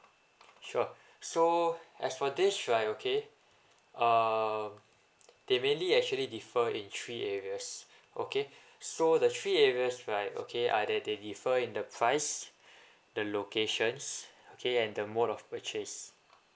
sure so as for this right okay err they mainly actually differ in three areas okay so the three areas right okay are that they differ in the price the locations okay and the mode of purchase